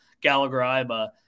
Gallagher-Iba